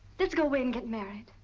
let's go away and get married.